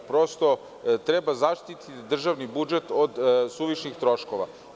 Treba zaštiti državni budžet od suvišnih troškova.